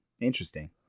Interesting